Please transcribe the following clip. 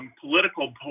Political